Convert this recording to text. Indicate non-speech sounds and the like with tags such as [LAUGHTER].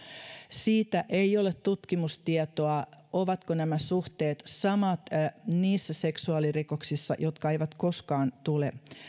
siitä ei ole tutkimustietoa ovatko nämä suhteet samat niissä seksuaalirikoksissa jotka eivät koskaan tule [UNINTELLIGIBLE]